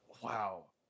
wow